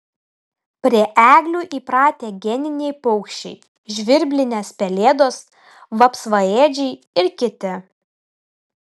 prie eglių įpratę geniniai paukščiai žvirblinės pelėdos vapsvaėdžiai ir kiti